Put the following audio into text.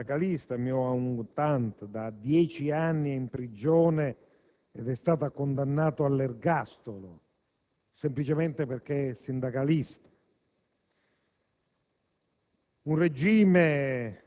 in cui un sindacalista, Myo Aung Thant, da 10 anni è in prigione ed è stato condannato all'ergastolo solo perché sindacalista.